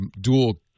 dual